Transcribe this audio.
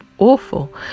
awful